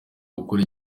gukora